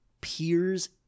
peers